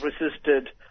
resisted